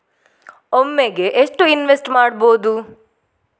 ಒಮ್ಮೆಗೆ ಎಷ್ಟು ಇನ್ವೆಸ್ಟ್ ಮಾಡ್ಬೊದು?